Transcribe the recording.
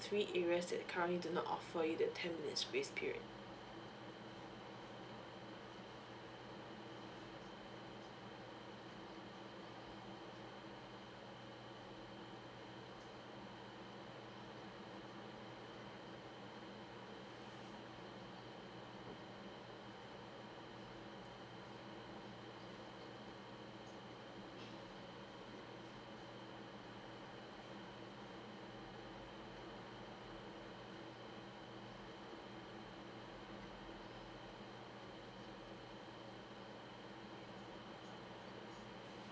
three areas that currently do not offer you the ten minutes grace period come into a lot of for you the space period